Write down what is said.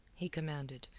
he commanded.